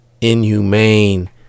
inhumane